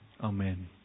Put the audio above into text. Amen